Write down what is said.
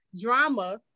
drama